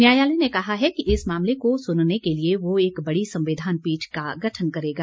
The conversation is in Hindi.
न्यायालय ने कहा है कि इस मामले को सुनने के लिए वह एक बड़ी संविधान पीठ का गठन करेगा